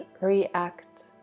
react